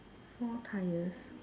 four tyres